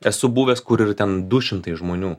esu buvęs kur ir ten du šimtai žmonių